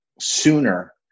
sooner